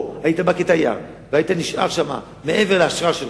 או היית בא כתייר והיית נשאר שם מעבר לאשרה שלך,